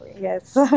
yes